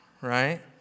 right